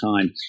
time